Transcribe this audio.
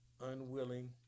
unwilling